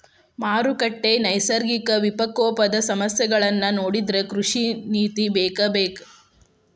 ಮಾರುಕಟ್ಟೆ, ನೈಸರ್ಗಿಕ ವಿಪಕೋಪದ ಸಮಸ್ಯೆಗಳನ್ನಾ ನೊಡಿದ್ರ ಕೃಷಿ ನೇತಿ ಬೇಕಬೇಕ